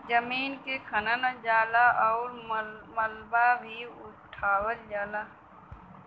जमीन के खनल जाला आउर मलबा भी उठावल जाला